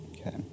Okay